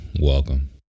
welcome